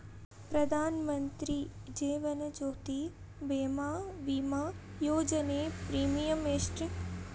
ಪ್ರಧಾನ ಮಂತ್ರಿ ಜೇವನ ಜ್ಯೋತಿ ಭೇಮಾ, ವಿಮಾ ಯೋಜನೆ ಪ್ರೇಮಿಯಂ ಎಷ್ಟ್ರಿ?